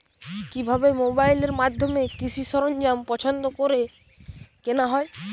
কিভাবে মোবাইলের মাধ্যমে কৃষি সরঞ্জাম পছন্দ করে কেনা হয়?